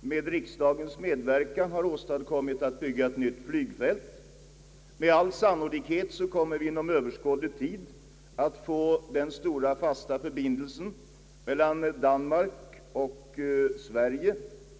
med riksdagens medverkan bundit oss för att bygga ett nytt flygfält. Med all sannolikhet kommer vi också inom överskådlig tid att få den stora fasta förbindelsen mellan Danmark och Sverige.